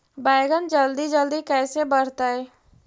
बैगन जल्दी जल्दी कैसे बढ़तै?